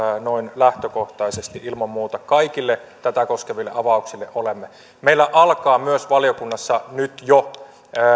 noin lähtökohtaisesti ilman muuta kaikille tätä koskeville avauksille olemme meillä alkaa myös valiokunnassa nyt jo